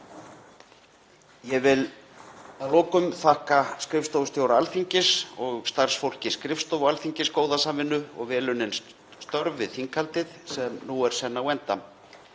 Ég vil að lokum þakka skrifstofustjóra Alþingis og starfsfólki skrifstofu Alþingis góða samvinnu og vel unnin störf við þinghaldið sem nú er senn á enda.